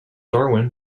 darwin